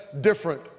different